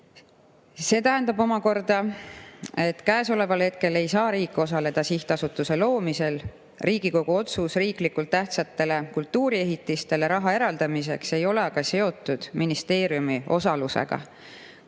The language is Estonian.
See tähendab omakorda, et käesoleval hetkel ei saa riik osaleda sihtasutuse loomisel. Riigikogu otsus riiklikult tähtsatele kultuuriehitistele raha eraldada ei ole seotud ministeeriumi osalusega.